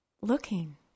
looking